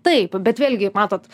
taip bet vėlgi matot